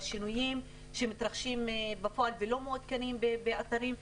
בשינויים שמתרחשים בפועל ולא מעודכנים באתרים.